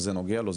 זה נוגע לו,